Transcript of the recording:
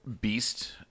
beast